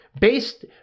based